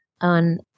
on